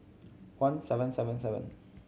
one seven seven seven